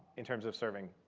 in terms of serving,